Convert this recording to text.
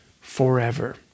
forever